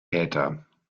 täter